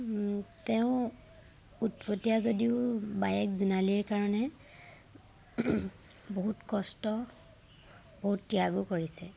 তেওঁৰ উৎপতীয়া যদিও বায়েক জোনালীৰ কাৰণে বহুত কষ্ট বহুত ত্যাগো কৰিছে